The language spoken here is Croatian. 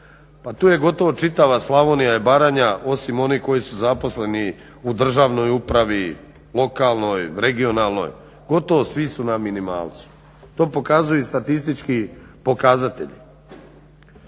Pa tu je gotovo čitava Slavonija i Baranja osim onih koji su zaposleni u državnoj upravi, lokalnoj, regionalnoj, gotovo svi su na minimalcu. To pokazuje i statistički pokazatelji.